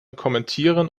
kommentieren